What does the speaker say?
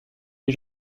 les